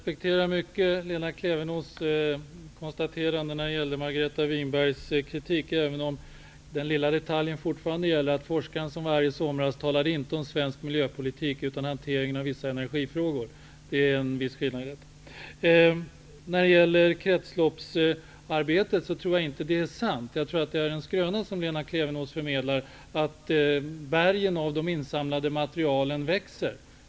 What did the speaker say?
Herr talman! Jag respekterar Lena Klevenås konstaterande beträffande Margareta Winbergs kritik, även om den lilla detaljen fortfarande gäller att forskaren som var här i somras inte talade om svensk miljöpolitik utan om hanteringen av vissa energifrågor. Det är en viss skillnad. När det gäller kretsloppsarbetet levererar nog Lena Klevenås en skröna. Jag tror inte att bergen av de insamlade materialen växer.